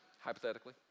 Hypothetically